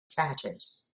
tatters